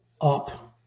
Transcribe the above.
up